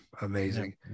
amazing